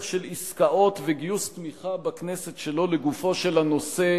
של עסקאות וגיוס תמיכה בכנסת שלא לגופו של הנושא,